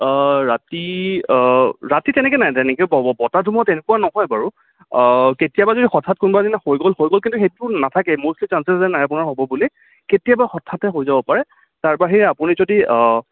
ৰাতি ৰাতি তেনেকে নাই তেনেকেও পাব বতাহ ধুমুহা তেনেকুৱা নহয় বাৰু কেতিয়াবা যদি হঠাৎ কোনোবা এদিনা হৈ গ'ল হৈ গ'ল কিন্তু সেইটোও নাথাকে মষ্টলি চাঞ্চেচ আছে নাই আপোনাৰ হ'ব বুলি কেতিয়াবা হঠাতে হৈ যাব পাৰে তাৰ বাহিৰে আপুনি যদি